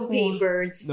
papers